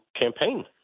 campaign